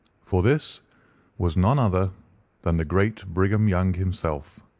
for this was none other than the great brigham young himself.